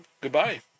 goodbye